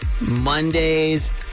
Mondays